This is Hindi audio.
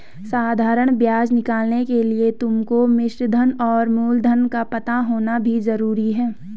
साधारण ब्याज निकालने के लिए तुमको मिश्रधन और मूलधन का पता होना भी जरूरी है